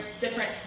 different